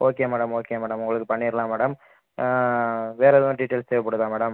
okay madam okay madam உங்களுக்கு பண்ணிடலாம் madam வேறு எதுவும் டீட்டைல்ஸ் தேவைப்படுதா மேடம்